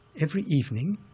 every evening,